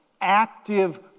active